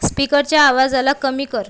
स्पीकरच्या आवाजाला कमी कर